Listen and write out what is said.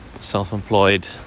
self-employed